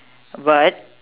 but